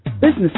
Business